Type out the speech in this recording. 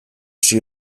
she